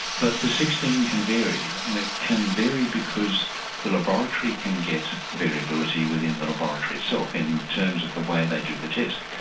but the sixteen can vary, and it can vary because the laboratory can get variability within the laboratory itself in terms of the way they do the test.